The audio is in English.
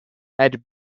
had